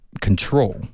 control